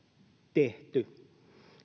tehty